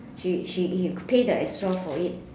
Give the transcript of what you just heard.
she she pay the extra for it